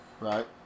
Right